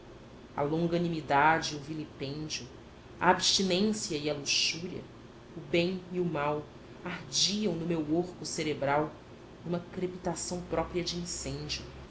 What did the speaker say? a longanimidade e o vilipêndio a abstinência e a luxúria o bem e o mal ardiam no meu orco cerebral numa crepitação própria de incêndio